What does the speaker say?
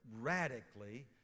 radically